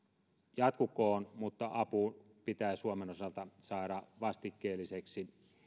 jatkukoon mutta apu pitää suomen osalta saada vastikkeelliseksi